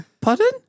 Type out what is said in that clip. pardon